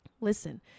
Listen